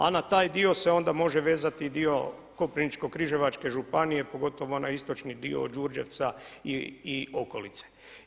A na taj dio se onda može vezati i dio Koprivničko-križevačke županije pogotovo onaj istočni dio od Đurđevca i okolice.